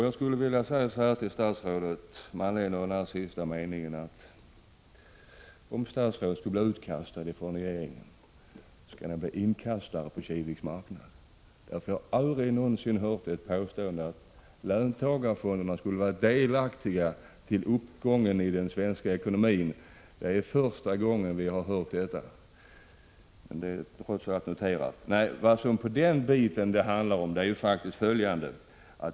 Jag skulle vilja säga så här till statsrådet med anledning av statsrådets sista mening i svaret. Om statsrådet skulle bli utkastad från regeringen, skulle han kunna bli inkastare på Kiviks marknad. Jag har aldrig någonsin hört ett sådant påstående som att löntagarfonderna skulle vara delaktiga i uppgången i den svenska ekonomin. Det är första gången vi har hört detta, men det är trots allt noterat. Nej, vad det handlar om på den biten är faktiskt följande.